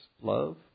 love